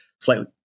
slightly